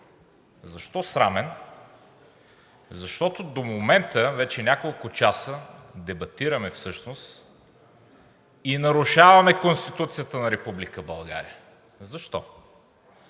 Защо срамен? Защото до момента вече няколко часа дебатираме всъщност и нарушаваме Конституцията на Република